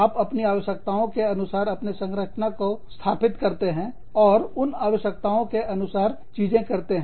आप अपनी आवश्यकताओं के अनुसार अपने संरचना को स्थापित करते हैं और उन आवश्यकताओं के अनुसार चीजें करते हैं